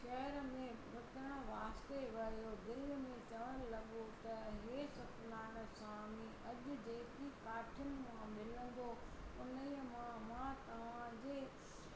शहर में विकिणण वास्ते वियो दिलि में चवणु लॻो त हे सत्यनारायण स्वामी अॼु जेकी काठियुन मां मिलंदो उन जो मां तव्हांजे